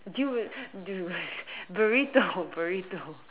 dude dude burrito burrito